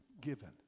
given